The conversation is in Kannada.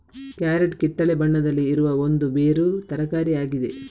ಕ್ಯಾರೆಟ್ ಕಿತ್ತಳೆ ಬಣ್ಣದಲ್ಲಿ ಇರುವ ಒಂದು ಬೇರು ತರಕಾರಿ ಆಗಿದೆ